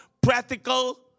practical